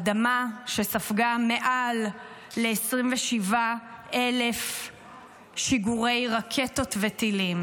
אדמה שספגה מעל ל-27,000 שיגורי רקטות וטילים,